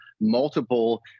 multiple